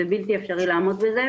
בלתי אפשרי לעמוד בזה,